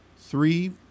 three